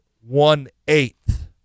one-eighth